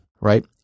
right